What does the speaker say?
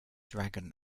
dragon